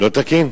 לא תקין?